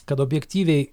kad objektyviai